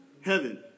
heaven